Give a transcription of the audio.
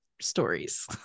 stories